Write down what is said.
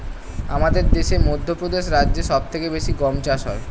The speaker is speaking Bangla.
আমাদের দেশে মধ্যপ্রদেশ রাজ্যে সব থেকে বেশি গম চাষ হয়